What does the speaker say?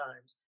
times